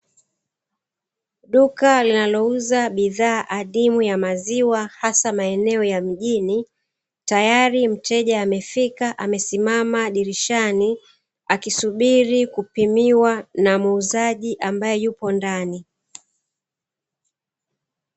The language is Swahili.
Duka linalouza bidhaa adimu ya maziwa hasa maeneo ya mjini, tayari mteja amefika amesimama dirishani akisubiri kupimiwa na muuzaji ambaye yupo ndani.